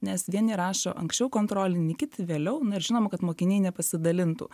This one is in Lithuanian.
nes vieni rašo anksčiau kontrolinį kiti vėliau na ir žinoma kad mokiniai nepasidalintų